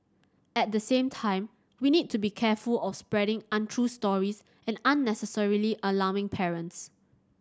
at the same time we need to be careful of spreading untrue stories and unnecessarily alarming parents